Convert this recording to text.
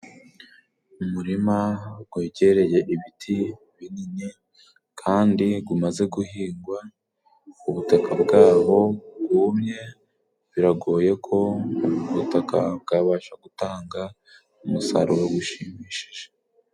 Umurima gwegereye ibiti binini kandi gumaze guhingwa, ubutaka bwaho bwumye, biragoye ko ubwo butaka bwabasha gutanga umusaruro ushimishije.